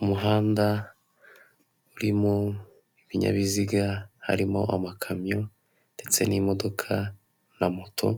Umuhanda urimo ibinyabiziga harimo amakamyo ndetse n'imodoka na moto